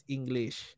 English